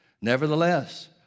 Nevertheless